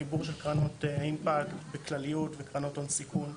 חיבור של קרנות אימפקט בכלליות וקרנות הון סיכון.